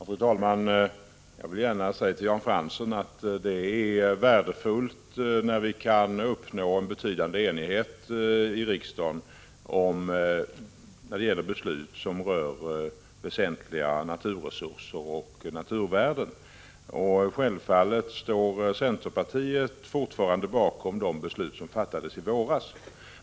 Fru talman! Jag vill gärna säga till Jan Fransson att det är värdefullt när vi kan uppnå en betydande enighet i riksdagen om beslut som rör väsentliga naturresurser och naturvärden. Självfallet står centerpartiet fortfarande bakom de beslut som fattades i våras.